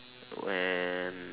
when